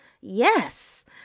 Yes